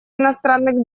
иностранных